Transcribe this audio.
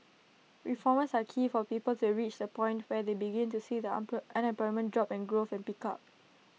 reforms are key for people to reach the point where they begin to see the unemployment drop and growth pick up